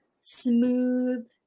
smooth